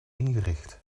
ingericht